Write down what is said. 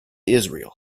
israel